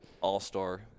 all-star